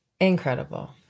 Incredible